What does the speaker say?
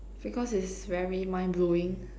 because is very mind blowing